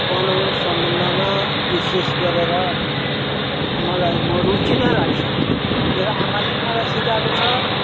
बनाउनु सम्बन्धमा विशेष गरेर मलाई म रुचि नै राख्छु मेरो आमाले पनि मलाई सिकाएको छ